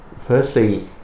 Firstly